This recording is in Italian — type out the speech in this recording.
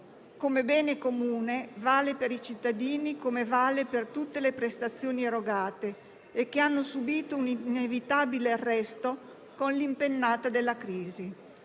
come bene comune vale per i cittadini come vale per tutte le prestazioni erogate, che hanno subito un inevitabile arresto con l'impennata della crisi.